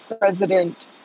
president